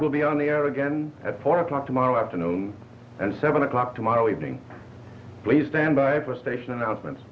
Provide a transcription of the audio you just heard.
will be on the air again at four o'clock tomorrow afternoon and seven o'clock tomorrow evening please stand by for a station announcement